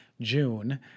June